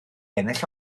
ennill